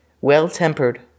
well-tempered